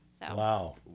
Wow